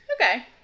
Okay